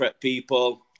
people